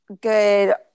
good